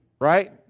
right